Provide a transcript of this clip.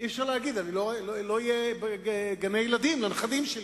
אי-אפשר להגיד שלא יהיו גני-ילדים לנכדים שלי.